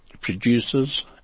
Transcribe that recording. producers